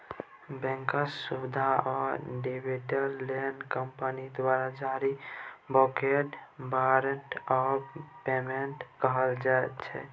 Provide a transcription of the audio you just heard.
बैंकसँ सुदि या डिबीडेंड लेल कंपनी द्वारा जारी बाँडकेँ बारंट आफ पेमेंट कहल जाइ छै